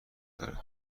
دارد